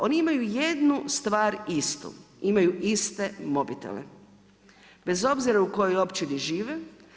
Oni imaju jednu stvar istu, imaju iste mobitele, bez obzira u kojoj općini žive.